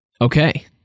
Okay